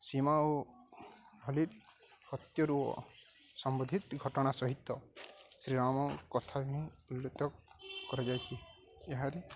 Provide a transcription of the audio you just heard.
ସୀମା ଓ ହଲି ହତ୍ୟରୁ ସମ୍ବୋଦ୍ଧିତ ଘଟଣା ସହିତ ଶ୍ରୀରାମ କଥା ହିଁ କରାଯାଇଛି ଏହାରି